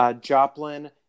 Joplin